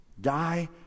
Die